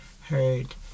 heard